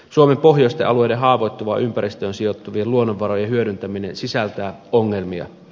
suomen pohjoisten alueiden haavoittuvaan ympäristöön sijoittuvien luonnonvarojen hyödyntäminen sisältää ongelmia